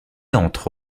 entre